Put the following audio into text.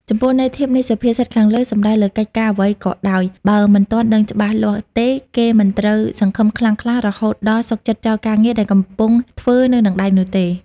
ចំពោះន័យធៀបនៃសុភាសិតខាងលើសំដៅលើកិច្ចការអ្វីក៏ដោយបើមិនទាន់ដឹងច្បាស់លាស់ទេគេមិនត្រូវសង្ឃឹមខ្លាំងក្លារហូតដល់សុខចិត្តចោលការងារដែលកំពុង ធ្វើនៅដៃនោះទេ។